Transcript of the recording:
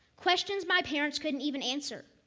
questions my parents couldn't even answer.